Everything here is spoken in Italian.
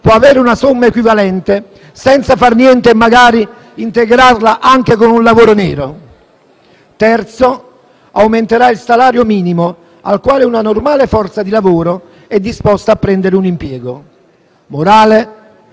può avere una somma equivalente senza far niente, magari integrandola anche con un lavoro nero? Terzo: aumenterà il salario minimo al quale una normale forza di lavoro è disposta a prendere un impiego. Morale: